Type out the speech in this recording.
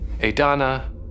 Adana